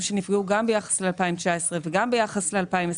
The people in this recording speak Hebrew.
שנפגעו גם ביחס ל-2019 וגם ביחס ל-2020,